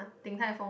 Din-Tai-Fung